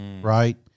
right